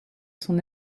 son